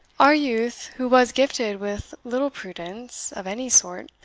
our youth, who was gifted with little prudence, of any sort,